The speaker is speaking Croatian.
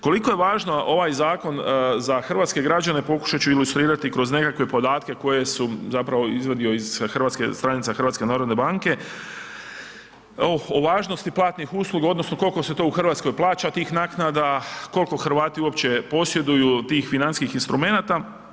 Koliko je važno ovaj zakon za hrvatske građane pokušat ću ilustrirati kroz nekakve podatke koje su zapravo izvadio iz stranica HNB o važnosti platnih usluga odnosno koliko se to u Hrvatskoj plaća tih naknada, koliko Hrvati uopće posjeduju tih financijskih instrumenata.